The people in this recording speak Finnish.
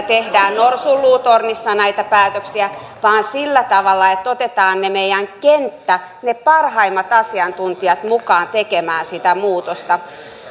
tehdään norsunluutornissa näitä päätöksiä vaan sillä tavalla että otetaan meidän kenttä ne parhaimmat asiantuntijat mukaan tekemään sitä muutosta